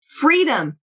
freedom